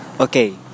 Okay